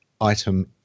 item